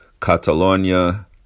Catalonia